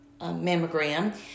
mammogram